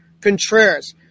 Contreras